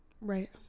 Right